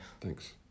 Thanks